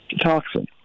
Toxin